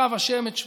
ושב ה' את שבותך".